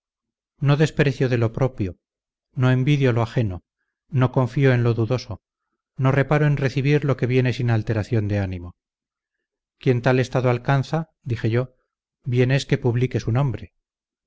no desprecio de lo propio no envidio lo ajeno no confío en lo dudoso no reparo en recibir lo que viene sin alteración de ánimo quien tal estado alcanza dije yo bien es que publique su nombre